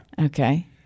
Okay